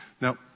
Now